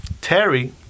Terry